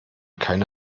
keine